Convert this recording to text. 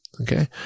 okay